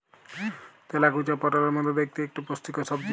তেলাকুচা পটলের মত দ্যাইখতে ইকট পুষ্টিকর সবজি